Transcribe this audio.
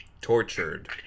tortured